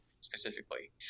specifically